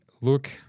look